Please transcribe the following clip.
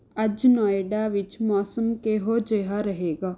ਅੱਜ ਨੋਇਡਾ ਵਿੱਚ ਮੌਸਮ ਕਿਹੋ ਜਿਹਾ ਰਹੇਗਾ